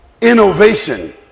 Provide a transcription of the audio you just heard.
innovation